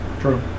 True